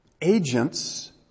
agents